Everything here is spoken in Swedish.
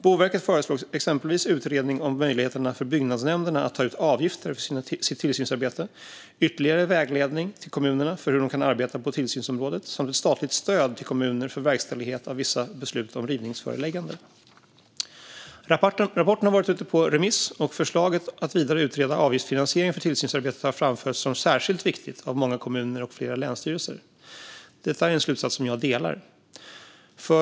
Boverket föreslår exempelvis utredning av möjligheterna för byggnadsnämnderna att ta ut avgifter för sitt tillsynsarbete, ytterligare vägledning till kommunerna för hur de kan arbeta på tillsynsområdet samt ett statligt stöd till kommuner för verkställighet av vissa beslut om rivningsföreläggande. Rapporten har varit ute på remiss, och förslaget att vidare utreda avgiftsfinansiering för tillsynsarbetet har framförts som särskilt viktigt av många kommuner och flera länsstyrelser. Detta är en slutsats jag håller med om.